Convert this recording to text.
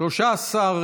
(תגמולים ושיקום)